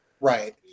Right